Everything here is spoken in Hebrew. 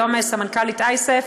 היום סמנכ"לית אייסף,